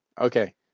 Okay